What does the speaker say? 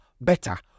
better